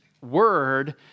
word